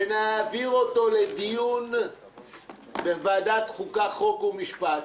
ונעביר אותו לדיון בוועדת החוקה, חוק ומשפט,